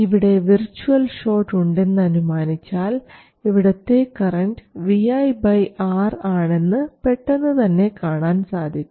ഇവിടെ virtual short ഉണ്ടെന്ന് അനുമാനിച്ചാൽ ഇവിടത്തെ കറൻറ് Vi R ആണെന്ന് പെട്ടെന്നുതന്നെ കാണാൻ സാധിക്കും